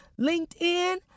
LinkedIn